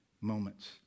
moments